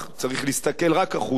צריך להסתכל רק החוצה,